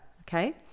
okay